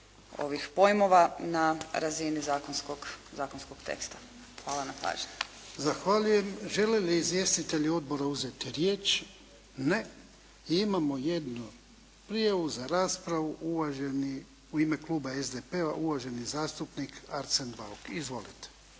ovih pojmova na razini zakonskog teksta. Hvala na pažnji. **Jarnjak, Ivan (HDZ)** Zahvaljujem. Žele li izvjestitelji odbora uzeti riječ? Ne. Imamo jednu prijavu za raspravu u ime kluba SDP-a, uvaženi zastupnik Arsen Bauk. Izvolite.